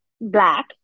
black